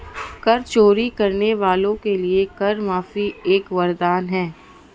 कर चोरी करने वालों के लिए कर माफी एक वरदान है